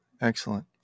excellent